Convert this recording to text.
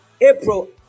April